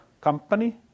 company